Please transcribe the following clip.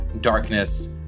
darkness